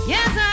Yes